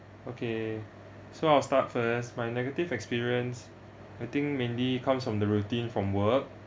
okay so I'll start first my negative experience I think mainly comes from the routine from work